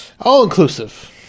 All-inclusive